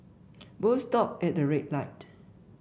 both stopped at a red light